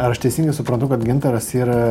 ar aš teisingai suprantu kad gintaras yra